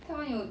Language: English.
他们有